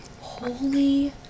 holy